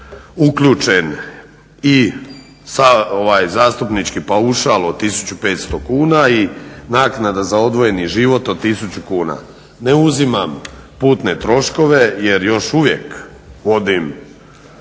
uključen i zastupnički paušal od 1500 kuna i naknada za odvojeni život od 1000 kuna. Ne uzimam putne troškove jer još uvije vodim